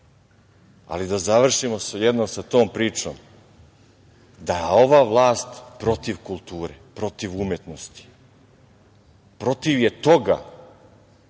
Ali, da završimo jednom sa tom pričom da je ova vlast protiv kulture, protiv umetnosti. Protiv je toga